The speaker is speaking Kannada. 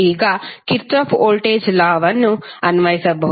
ಈಗ ಕಿರ್ಚಾಫ್ ವೋಲ್ಟೇಜ್ ಲಾ ವನ್ನು ಅನ್ವಯಿಸಬಹುದು